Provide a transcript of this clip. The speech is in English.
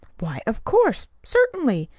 why, of course certainly.